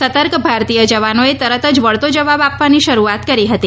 સતર્ક ભારતીય જવાનોએ તરત જ વળતો જવાબ આપવાની શરૂઆત કરી હતી